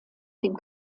dem